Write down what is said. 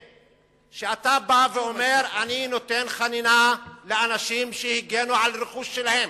שאתה בא ואומר: אני נותן חנינה לאנשים שהגנו על רכוש שלהם,